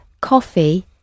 coffee